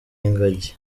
ingagi